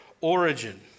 origin